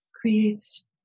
creates